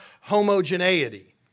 homogeneity